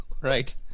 Right